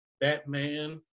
Batman